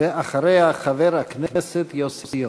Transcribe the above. ואחריה, חבר הכנסת יוסי יונה.